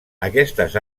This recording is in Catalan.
aquestes